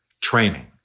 training